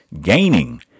gaining